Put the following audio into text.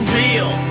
real